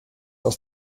aus